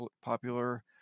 popular